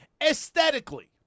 Aesthetically